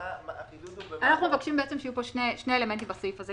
אנחנו מבקשים שיהיו שני אלמנטים בסעף הזה: